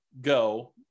go